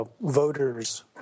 voters—